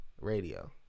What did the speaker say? radio